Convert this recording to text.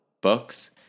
books